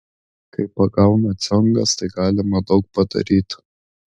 kai pagauna ciongas tai galima daug padaryti